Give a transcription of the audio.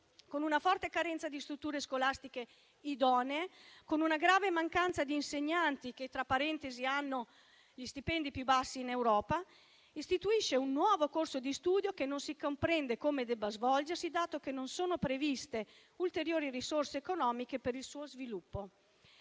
con una forte carenza di strutture scolastiche idonee e una grave mancanza di insegnanti (che, tra parentesi, hanno gli stipendi più bassi in Europa), istituisce un nuovo corso di studi che non si comprende come debba svolgersi, dato che non sono previste ulteriori risorse economiche per il suo sviluppo.